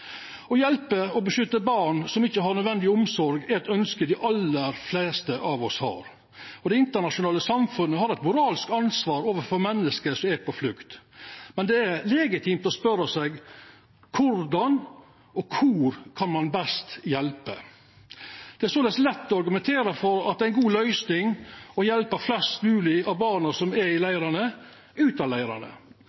Å hjelpa og beskytta barn som ikkje får nødvendig omsorg, er eit ønskje dei aller fleste av oss har. Det internasjonale samfunnet har eit moralsk ansvar overfor menneske som er på flukt. Men det er legitimt å spørja seg: Korleis og kor kan ein best hjelpa? Det er såleis lett å argumentera for at ei god løysing er å hjelpa flest mogleg av barna som er i